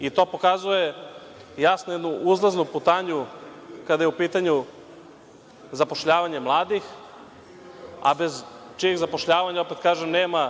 i to pokazuje jasno jednu uzlaznu putanju kada je u pitanju zapošljavanje mladih, a bez čijeg zapošljavanja, opet kažem, nema